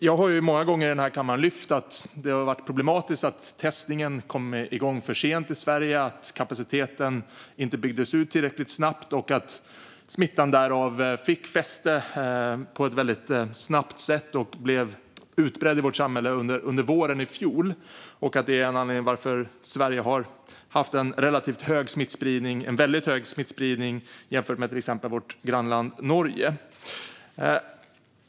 Jag har många gånger i den här kammaren lyft fram att det har varit problematiskt att testningen kom igång för sent i Sverige, att kapaciteten inte byggdes ut tillräckligt snabbt och att smittan därav fick fäste på ett väldigt snabbt sätt och blev utbredd i vårt samhälle under våren i fjol. Det är en av anledningarna till att Sverige har haft en väldigt hög smittspridning jämfört med till exempel vårt grannland Norge.